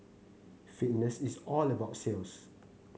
fitness is all about sales